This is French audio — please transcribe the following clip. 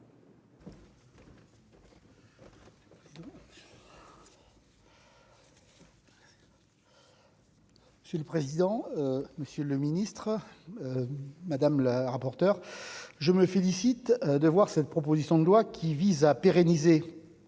Monsieur le président, monsieur le ministre madame la rapporteure, je me félicite de voir cette proposition de loi qui vise à pérenniser